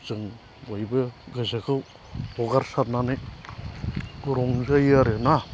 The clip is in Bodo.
जों बयबो गोसोखौ हगारसारनानै रंजायो आरो